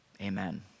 Amen